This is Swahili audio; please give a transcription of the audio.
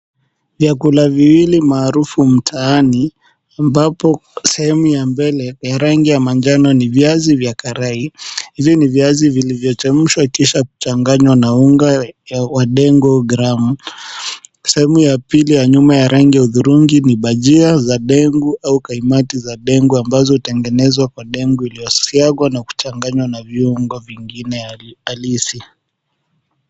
Vyakula viwili maarufu mtaani ambapo sehemu ya mbele ya rangi ya manjano ni viazi vya karai. Hivi ni viazi vilivyochemshwa kisha kuchanganywa na unga wa dengu gramu. Sehemu ya pili ya nyuma ya rangi ya hudhurungi ni bajia za dengu au kaimati za dengu ambazo hutengenezwa kwa dengu iliyosagwa na kuchanganywa na viungo vingine halisi.